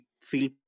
feel